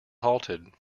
halted